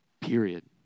period